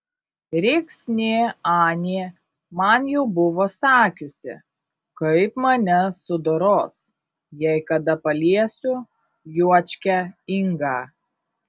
rėksnė anė man jau buvo sakiusi kaip mane sudoros jei kada paliesiu juočkę ingą